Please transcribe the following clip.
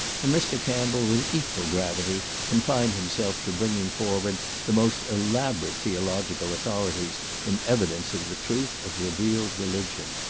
and mr. campbell, with equal gravity, confined himself to bringing forward the most elaborate theological authorities in evidence of the truth of revealed religion.